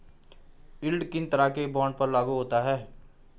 Yield किन तरह के बॉन्ड पर लागू होता है?